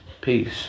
Peace